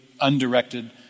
undirected